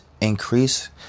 increase